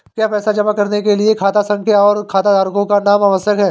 क्या पैसा जमा करने के लिए खाता संख्या और खाताधारकों का नाम आवश्यक है?